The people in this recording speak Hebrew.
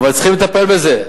אבל צריכים לטפל בזה.